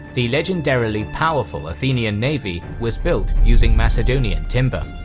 the legendarily powerful athenian navy was built using macedonian timber.